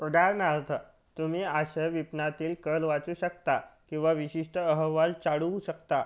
उदाहरणार्थ तुम्ही आशय विपणनातील कल वाचू शकता किंवा विशिष्ट अहवाल चाळू शकता